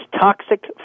Toxic